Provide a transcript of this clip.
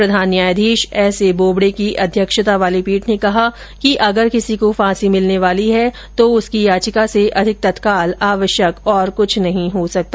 प्रधान न्यायाधीश S A Bobde की अध्यक्षता वाली पीठ ने कहा कि अगर किसी को फांसी मिलने वाली है तो उसकी याचिका से अधिक तत्काल आवश्यक और क्छ नहीं हो सकता